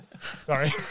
Sorry